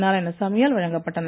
நாராயணசாமியால் வழங்கப்பட்டன